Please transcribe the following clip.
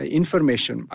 information